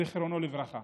זיכרונו לברכה.